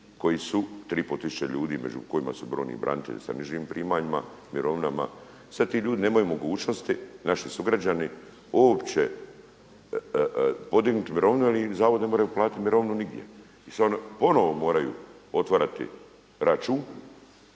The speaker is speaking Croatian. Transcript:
koji su, tri i pol tisuće ljudi među kojima su brojni branitelji sa nižim primanjima, mirovinama. Sad ti ljudi nemaju mogućnosti, naši sugrađani uopće podignuti mirovinu jer im zavod ne može uplatiti mirovinu nigdje. I sad ponovno moraju otvarati račun